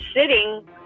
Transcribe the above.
sitting